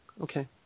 Okay